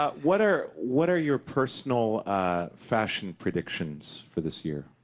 ah what are what are your personal fashion predictions for this year?